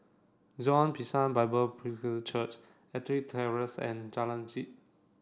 Zion Bishan Bible Presbyterian Church Ettrick Terrace and Jalan Uji